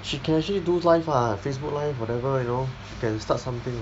she can actually do live [what] Facebook live whatever you know she can start something